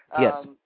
Yes